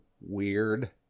weird